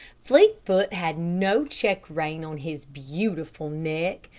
fleetfoot had no check-rein on his beautiful neck,